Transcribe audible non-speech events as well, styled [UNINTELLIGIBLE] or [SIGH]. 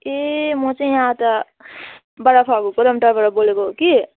ए म चाहिँ यहाँ त बडा [UNINTELLIGIBLE] बदमतामबाट बोलेको हो कि